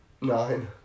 nine